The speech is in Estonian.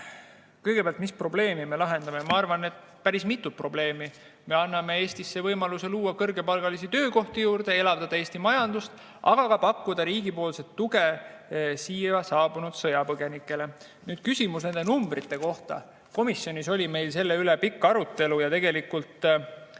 Kõigepealt, mis probleemi me lahendame? Ma arvan, et päris mitut probleemi. Me anname võimaluse luua Eestis juurde kõrgepalgalisi töökohti ja elavdada Eesti majandust, aga ka pakkuda riigipoolset tuge siia saabunud sõjapõgenikele. Küsimus nende numbrite kohta. Komisjonis oli meil selle üle pikk arutelu. Ma olen